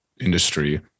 industry